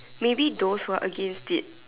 maybe those who are against it